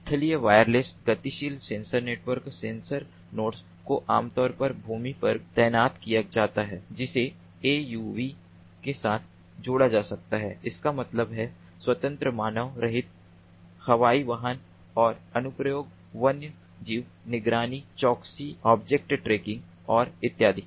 स्थलीय वायरलेस गतिशील sensor network sensor nodes को आमतौर पर भूमि पर तैनात किया जाता है जिसे AUV के साथ जोड़ा जा सकता है इसका मतलब है स्वतंत्र मानव रहित हवाई वाहन और अनुप्रयोग वन्यजीव निगरानी चौकसी ऑब्जेक्ट ट्रैकिंग और इत्यादि